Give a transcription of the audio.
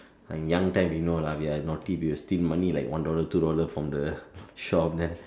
I'm young time we know lah we are naughty we will steal money like one dollar two dollar from the shop then